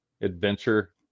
adventure